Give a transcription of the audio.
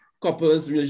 couples